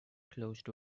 closed